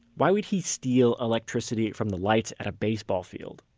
why would he steal electricity from the lights at baseball field?